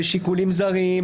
לשיקולים זרים,